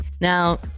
Now